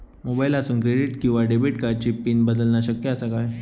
मोबाईलातसून क्रेडिट किवा डेबिट कार्डची पिन बदलना शक्य आसा काय?